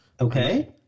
Okay